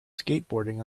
skateboarding